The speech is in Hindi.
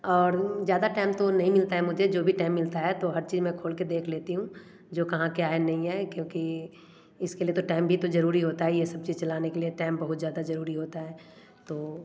और ज़्यादा टाइम तो नहीं मिलता है मुझे जो भी टाइम मिलता है तो हर चीज़ में खोल कर देख लेती हूँ जो कहाँ क्या है नहीं है क्योंकि इसके लिए तो टाइम भी तो ज़रूरी होता है ये सब चीज़ चलाने के लिए टाइम बहुत ज़्यादा ज़रूरी होता है तो